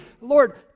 lord